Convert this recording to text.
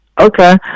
Okay